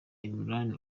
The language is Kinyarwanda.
imran